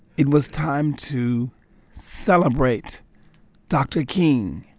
it was time to celebrate dr. king